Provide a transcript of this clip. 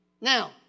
Now